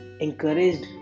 encouraged